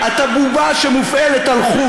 לזה אתה צריך להיות.